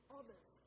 others